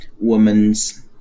women's